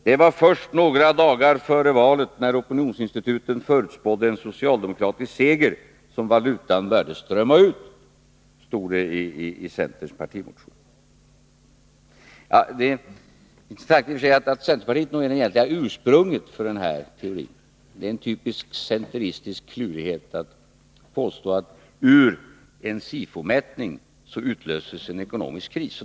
”Det var först några dagar före valet, när opinionsinstituten förutspådde en socialdemokratisk seger, som valutan började strömma ut”, skriver man i centerns partimotion. Det är en centeristisk klurighet att påstå att ur en SIFO-mätning utlöses en ekonomisk kris.